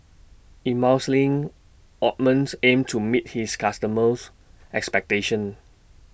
Ointments aims to meet its customers' expectations